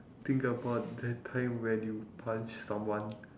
think about that time when you punch someone